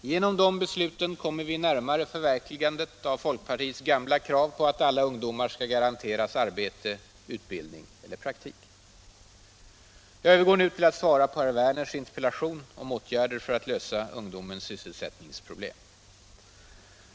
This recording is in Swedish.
Genom de besluten kommer vi närmare förverkligandet Samordnad av folkpartiets gamla krav på att alla ungdomar skall garanteras arbete, = sysselsättnings och utbildning eller praktik. regionalpolitik Jag övergår nu till att svara på herr Werners interpellation om åtgärder för att lösa ungdomens sysselsättningsproblem.